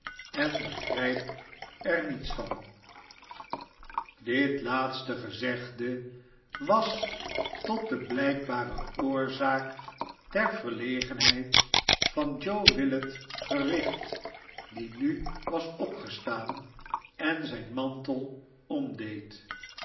en begrijp er niets van barnaby rudge dit laatste gezegde was tot de blijkbare oorzaak der verlegenheid van joe willet gericht die nu was opgestaan en zijn mantel